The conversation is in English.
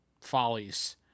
follies